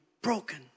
broken